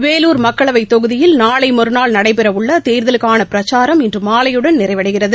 வேலூர் மக்களவைத் தொகுதியில் நாளைமறுநாள் நடைபெறவுள்ளதேர்தலுக்கானபிரச்சாரம் இன்றுமாலையுடன் நிறைவடைகிறது